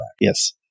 Yes